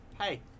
Hey